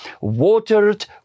watered